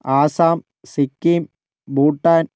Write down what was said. Assam Sikkim Bhutan